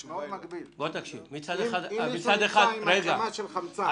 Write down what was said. למשל, אם מישהו ייסע עם הנשמה של חמצן.